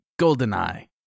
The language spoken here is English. Goldeneye